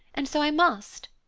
and so i must.